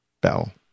bell